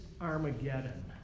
Armageddon